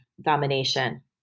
domination